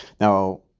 Now